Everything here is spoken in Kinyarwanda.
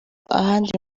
ahandi